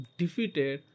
defeated